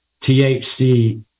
THC